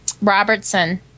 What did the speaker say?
Robertson